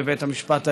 בבית המשפט העליון,